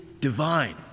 divine